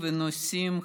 ,